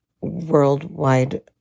worldwide